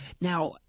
now